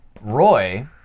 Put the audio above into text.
Roy